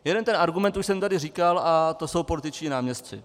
Jeden ten argument už jsem tady říkal a to jsou političtí náměstci.